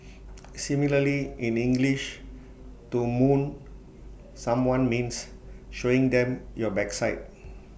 similarly in English to 'moon' someone means showing them your backside